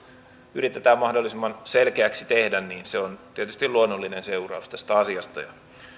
yritetään mahdollisimman selkeäksi tehdä niin se on tietysti luonnollinen seuraus tästä asiasta